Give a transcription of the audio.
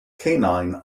canine